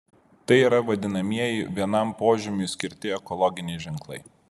tai yra vadinamieji vienam požymiui skirti ekologiniai ženklai